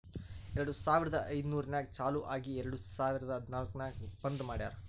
ಎರಡು ಸಾವಿರದ ಐಯ್ದರ್ನಾಗ್ ಚಾಲು ಆಗಿ ಎರೆಡ್ ಸಾವಿರದ ಹದನಾಲ್ಕ್ ನಾಗ್ ಬಂದ್ ಮಾಡ್ಯಾರ್